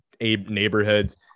neighborhoods